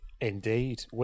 Indeed